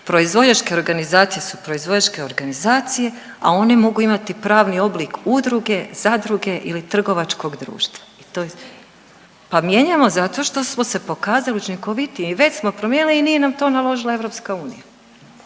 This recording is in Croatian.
Proizvođačke organizacije su proizvođačke organizacije, a one mogu imati pravni oblik udruge, zadruge ili trgovačkog društva. I to je pa mijenjamo zato što smo se pokazali učinkovitijim i već smo promijenili i nije nam to naložila EU.